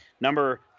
number